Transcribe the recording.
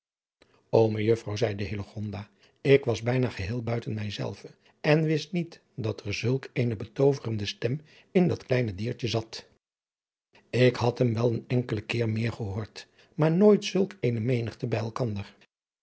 ô mejuffrouw zeide hillegonda ik was bijna geheel buiten mij zelve en wist niet dat er zulk eene betooverende stem in dat kleine adriaan loosjes pzn het leven van hillegonda buisman diertje zat ik had hem wel een enkelen keer meer gehoord maar nooit zulk eene menigte bij elkander